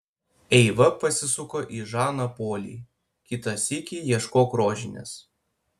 eiva pasisuko į žaną polį kitą sykį ieškok rožinės